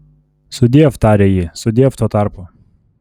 sudiev tarė ji sudiev tuo tarpu